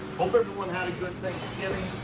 hope everyone had a good thanksgiving.